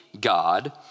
God